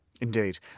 Indeed